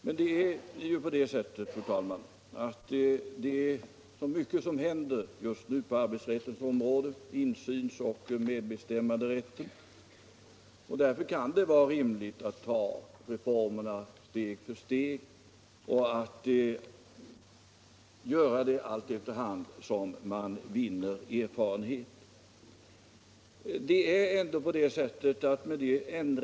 Men det är ju så, fru talman, att det just nu händer mycket inom arbetsrätten i vad gäller insyn och medbestämmande, och därför kan det vara rimligt att ta reformerna steg för steg efter hand som man vinner erfarenheter.